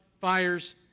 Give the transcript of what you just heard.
fires